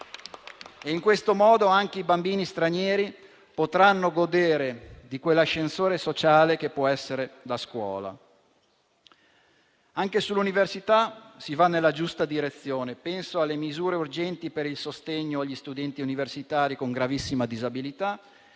In questo modo anche i bambini stranieri potranno godere di quell'ascensore sociale che può essere la scuola. Anche sull'università si va nella giusta direzione. Penso alle misure urgenti per il sostegno agli studenti universitari con gravissima disabilità